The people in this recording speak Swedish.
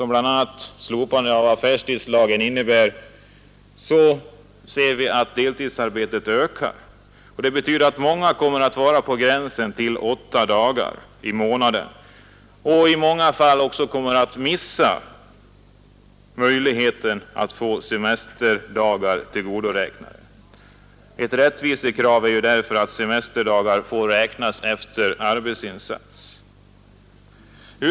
a. slopandet av affärstidslagen innebär att deltidsarbetet ökar. Många kommer att hamna på gränsen till åtta arbetsdagar i månaden och kommer i många fall att missa möjligheten att få semesterdagar tillgodoräknade. Ett rättvisekrav är därför att semesterdagar får räknas efter arbetsinsats.